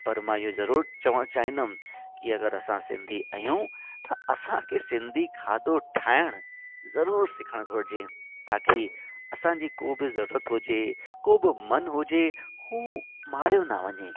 पर मां इहो ज़रूरु चवणु चाहींदुमि कि अगरि असां सिंधी आहियूं त असांखे सिंधी खाधो ठाहिणु ज़रूरु सिखणु घुरिजे ताकि असांजी को बि ज़रूरत हुजे को बि मन हुजे हू मारियो न वञे